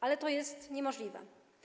Ale to jest niemożliwe.